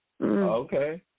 Okay